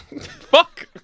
Fuck